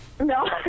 No